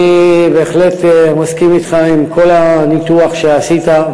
אני בהחלט מסכים אתך בכל הניתוח שעשית,